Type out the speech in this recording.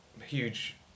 huge